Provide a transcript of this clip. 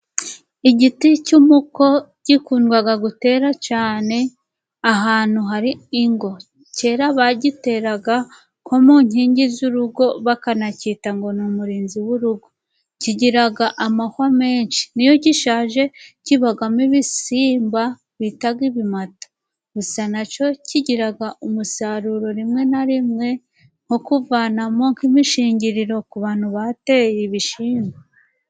Igiti cy'umuko gikundwa gutera cyane ahantu hari ingo. Cyera bagiteraga nko mu nkingi z'urugo bakanacyita ngo ni umurinzi w'urugo, kigiraga amahwa menshi. N'iyo gishaje kibamo ibisimba bita ibimata. Gusa nacyo kigira umusaruro rimwe na rimwe nko kuvanamo nk'imishingiriro ku bantu bateye ibishyimbo.